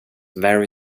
very